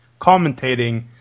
commentating